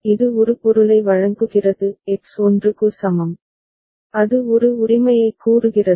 இது ஒரு பொருளை வழங்குகிறது எக்ஸ் 1 க்கு சமம் அது ஒரு உரிமையைக் கூறுகிறது